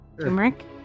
Turmeric